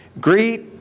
Greet